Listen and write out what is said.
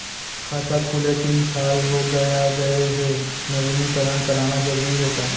खाता खुले तीन साल हो गया गये हे नवीनीकरण कराना जरूरी हे का?